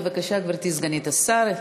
בבקשה, גברתי סגנית השר.